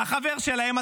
אתה חבר שלהם,